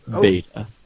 beta